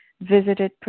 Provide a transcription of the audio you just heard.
visited